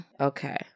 Okay